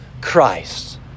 Christ